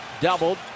Doubled